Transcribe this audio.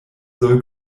soll